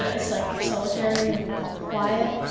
ah its like solitary and quiet,